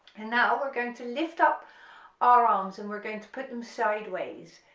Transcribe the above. and now we're going to lift up our arms and we're going to put them sideways,